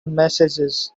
messages